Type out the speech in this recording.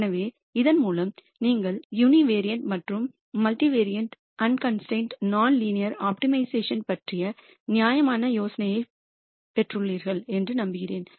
எனவே இதன் மூலம் நீங்கள் யூனிவேரியண்ட் மற்றும் multivariate optimization unconstrained non linear optimization பற்றிய நியாயமான யோசனை பெற்றுள்ளீர்கள் என்று நம்புகிறேன்